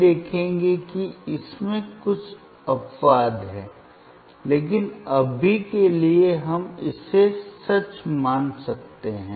अब बाद में देखेंगे कि इसमें कुछ अपवाद है लेकिन अभी के लिए हम इसे सच मान सकते हैं